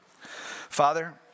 Father